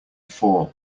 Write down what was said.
fall